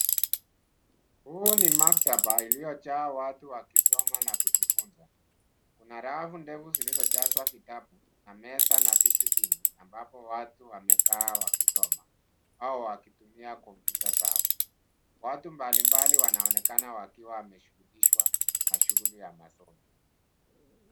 Huu ni maktaba uliojaa watu wakisoma na kujifunza. Kuna rafu ndefu zilizojazwa vitabu na meza na viti vingi ambapo watu wamekaa wakisoma au wakitumia kompyuta zao. Watu mbalimbali wanaonekana wakiwa wameshughulishwa na shughuli ya masomo.